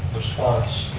response